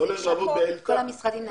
לעבוד במקום מסוים,